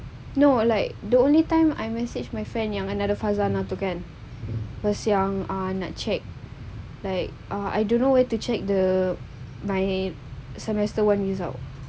no like the only time I message my friend yang nama dia fazanah tu kan cause yang nak check like I don't know where to check the my semester one result